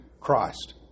Christ